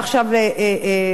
ברשותך,